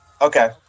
Okay